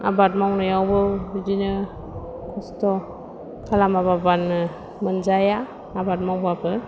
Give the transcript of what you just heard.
आबाद मावनायावबो बिदिनो खस्थ' खालामा बानो मोनजाया आबाद मावबाबो